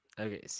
Okay